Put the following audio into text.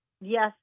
Yes